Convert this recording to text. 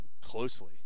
closely